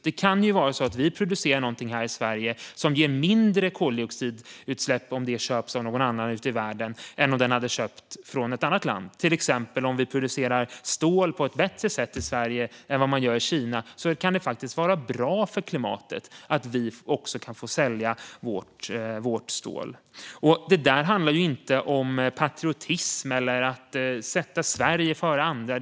Det kan ju vara så att vi producerar något här i Sverige som ger mindre koldioxidutsläpp om det köps av någon ute i världen än om denna någon hade köpt från ett annat land. Om vi producerar till exempel stål på ett bättre sätt i Sverige än man gör i Kina kan det faktiskt vara bra för klimatet att vi får sälja vårt stål. Detta handlar inte om patriotism eller att sätta Sverige före andra.